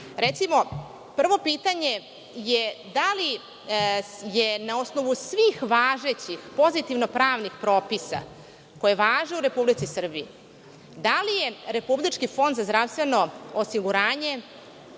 Recimo, prvo pitanje je da li je na osnovu svih važećih pozitivno pravnih propisa koji važe u Republici Srbiji, da li je Republički fonda za zdravstveno osiguranje